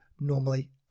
Normally